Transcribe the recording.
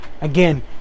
again